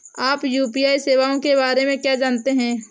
आप यू.पी.आई सेवाओं के बारे में क्या जानते हैं?